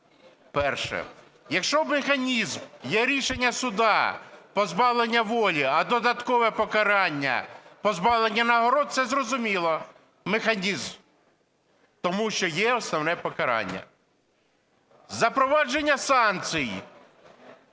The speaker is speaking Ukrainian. Перше. Якщо механізм, є рішення суду – позбавлення волі, а додаткове покарання – позбавлення нагород, це зрозумілий механізм, тому що є основне покарання. Запровадження санкцій,